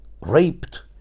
raped